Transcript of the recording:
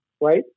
right